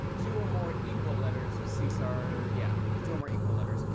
two or more equal letters, cesar yeah, it's two or more equal letters.